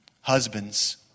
Husbands